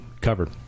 covered